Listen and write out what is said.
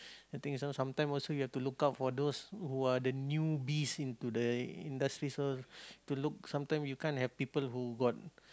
the thing is sometime also you have to look out for those who are the newbies into the industry so to look some time you can't have people who got